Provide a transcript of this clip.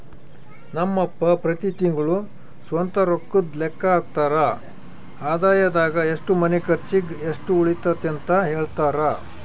ನಮ್ ಅಪ್ಪ ಪ್ರತಿ ತಿಂಗ್ಳು ಸ್ವಂತ ರೊಕ್ಕುದ್ ಲೆಕ್ಕ ಹಾಕ್ತರ, ಆದಾಯದಾಗ ಎಷ್ಟು ಮನೆ ಕರ್ಚಿಗ್, ಎಷ್ಟು ಉಳಿತತೆಂತ ಹೆಳ್ತರ